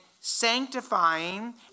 sanctifying